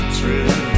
true